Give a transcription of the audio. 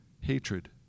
Hatred